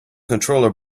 controller